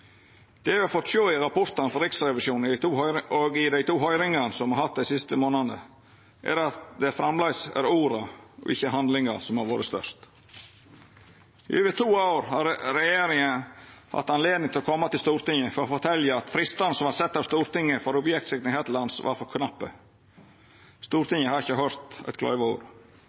Det me har fått sjå i rapportane frå Riksrevisjonen og i dei to høyringane me har hatt dei siste månadene, er at det framleis er orda og ikkje handlinga som har vore størst. I over to år har regjeringa hatt anledning til å koma til Stortinget for å fortelja at fristane som vart sette av Stortinget for objektsikring her til lands, var for knappe. Stortinget har ikkje høyrt eit kløyva ord.